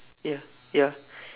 ya ya